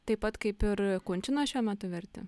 taip pat kaip ir kunčino šiuo metu verti